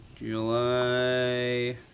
July